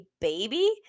baby